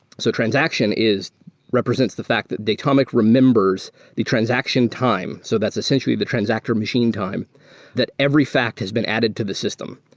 so transaction represents the fact that datomic remembers the transaction time. so that's essentially the transactor machine time that every fact has been added to the system.